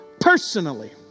personally